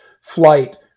flight